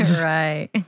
right